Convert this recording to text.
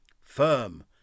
firm